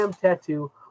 tattoo